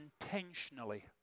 intentionally